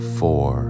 four